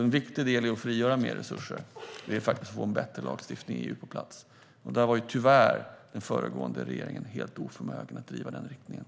En viktig del i att frigöra mer resurser är att vi ska få en bättre lagstiftning på plats i EU. Den föregående regeringen var tyvärr helt oförmögen att driva den åt rätt håll.